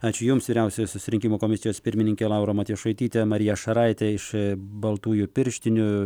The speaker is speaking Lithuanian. ačiū jums vyriausiosios rinkimų komisijos pirmininkė laura matjošaitytė marija šaraitė iš baltųjų pirštinių